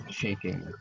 shaking